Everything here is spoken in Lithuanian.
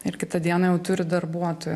ir kitą dieną jau turi darbuotoją